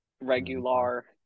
Regular